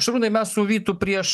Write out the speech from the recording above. šarūnai mes su vytu prieš